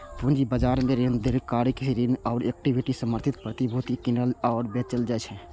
पूंजी बाजार मे दीर्घकालिक ऋण आ इक्विटी समर्थित प्रतिभूति कीनल आ बेचल जाइ छै